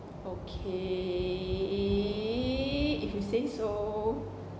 okay if you say so